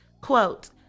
Quote